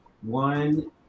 one